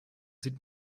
sieht